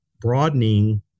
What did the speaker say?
broadening